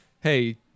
hey